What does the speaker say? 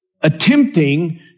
attempting